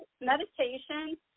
Meditation